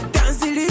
Dancing